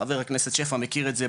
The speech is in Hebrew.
חבר הכנסת שפע מכיר את זה,